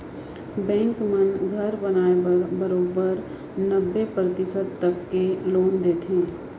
bank मन घर बनाए बर बरोबर नब्बे परतिसत तक के लोन देथे